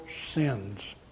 sins